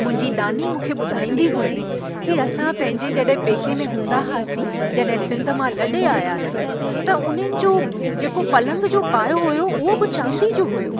मुंहिंजी नानी मूंखे ॿुधाईंदी हुई की असां पंहिंजे जॾहिं पेके में हूंदा हुआसीं जॾहिं सिंध मां लॾे आयासीं त उन्हनि जो जेको पलंग जो पायो हुयो उहो बि चांदी जो हुयो